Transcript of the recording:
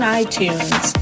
iTunes